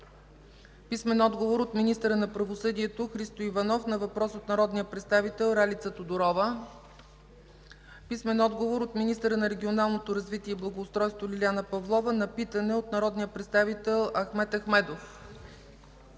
Стефан Дедев; - от министъра на правосъдието Христо Иванов на въпрос от народния представител Ралица Тодорова; - от министъра на регионалното развитие и благоустройството Лиляна Павлова на питане от народния представител Ахмед Ахмедов;